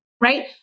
right